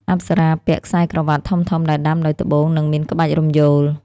អប្សរាពាក់ "ខ្សែក្រវាត់" ធំៗដែលដាំដោយត្បូង និងមានក្បាច់រំយោល។